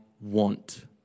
want